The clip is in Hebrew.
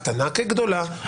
קטנה כגדולה,